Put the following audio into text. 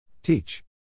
Teach